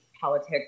politics